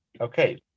okay